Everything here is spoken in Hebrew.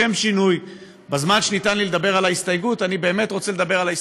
לשם שינוי, בזמן שניתן לי לדבר על ההסתייגויות,